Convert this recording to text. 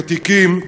ותיקים,